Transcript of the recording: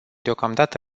deocamdată